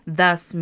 thus